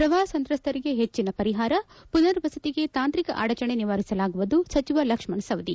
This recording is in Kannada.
ಪ್ರವಾಪ ಸಂತ್ರಸ್ತರಿಗೆ ಹೆಚ್ಚಿನ ಪರಿಹಾರ ಮನರ್ವಸತಿಗೆ ತಾಂತ್ರಿಕ ಆಡಚಣೆ ನಿವಾರಿಸಲಾಗುವುದು ಸಚಿವ ಲಕ್ಷ್ಮಣ್ ಸವದಿ